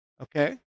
Okay